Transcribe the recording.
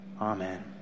amen